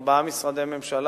נציגי ארבעה משרדי ממשלה,